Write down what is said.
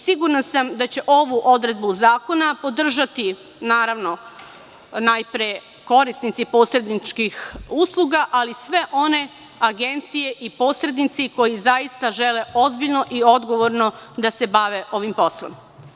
Sigurna sam da će ovu odredbu zakona podržati naravno najpre korisnici posredničkih usluga, ali i sve one agencije i posrednici koji zaista žele ozbiljno i odgovorno da se bave ovim poslom.